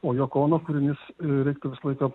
o joko ono kūrinys reiktų visą laiką